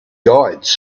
guides